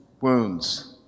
wounds